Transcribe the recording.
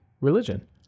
religion